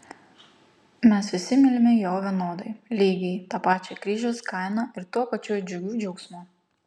mes visi mylimi jo vienodai lygiai ta pačia kryžiaus kaina ir tuo pačiu džiugiu džiaugsmu